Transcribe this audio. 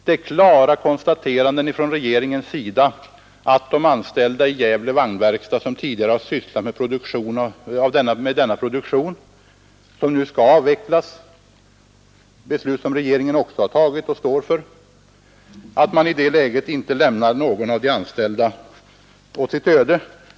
Det finns klara konstateranden från regeringen att ingen av de anställda vid AB Gävle vagnverkstad som tidigare sysslat med den produktion som nu skall avvecklas — ett beslut som regeringen också har tagit och står för — skall lämnas åt sitt öde.